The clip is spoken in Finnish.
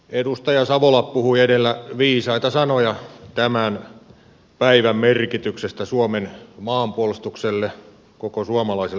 edustaja savola puhui edellä viisaita sanoja tämän päivän merkityksestä suomen maanpuolustukselle koko suomalaiselle yhteiskunnalle